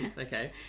Okay